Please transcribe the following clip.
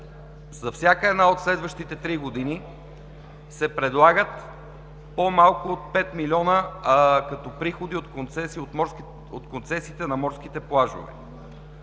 за всяка една от следващите три години се предлагат по-малко от 5 милиона, като приходи от концесиите на морските плажове.